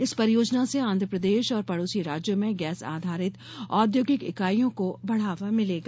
इन परियोजनाओं से आंध्र प्रदेश और पड़ोसी राज्यों में गैस आधारित औद्योगिक इकाइयों को बढ़ावा मिलेगा